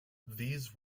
these